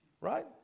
right